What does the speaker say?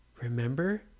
remember